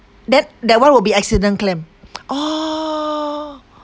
then that one will be accident claim orh